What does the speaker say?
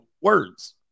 words